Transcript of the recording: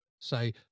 say